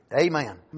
Amen